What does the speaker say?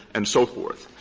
and so forth.